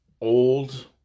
old